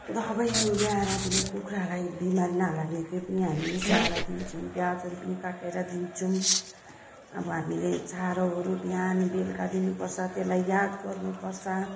दबाईहरू ल्याएर पनि कुखुरालाई बिमार नलाग्ने त्यो पनि हामी मिसाएर दिन्छौँ पियाजहरू पनि काटेर दिन्छौँ अब हामीले चारोहरू बिहान बेलुका दिनुपर्छ त्यसलाई याद गर्नुपर्छ